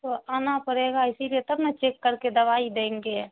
تو آنا پڑے گا اسی لیے تب نا چیک کرکے دوائی دیں گے